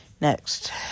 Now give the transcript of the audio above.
Next